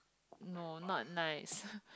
no not nice